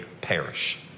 perish